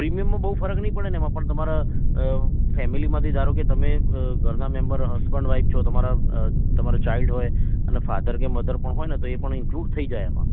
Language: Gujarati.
પ્રીમિયમમાં બહુ ફરક નહીં પડેને એમાં પણ તમારે ફેમિલીમાંથી ધારોકે તમે ઘરના મેમ્બર હસબન્ડ વાઈફ છો તમારા તમારા ચાઇલ્ડ હોય ફાધર કે મધર હોયને તો એ પણ ઇંકલુંડ થઈ જાય